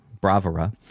bravura